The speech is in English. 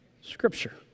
Scripture